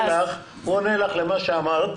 הוא עונה לך למה שאמרת,